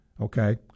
Okay